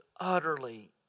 utterly